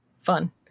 fun